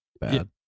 bad